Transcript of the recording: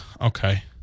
Okay